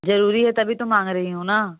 ज़रूरी है तभी तो मांग रही हूँ ना